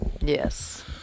Yes